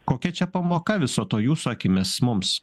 kokia čia pamoka viso to jūsų akimis mums